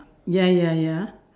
ya ya ya